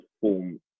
form